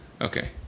okay